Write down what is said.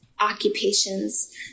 occupations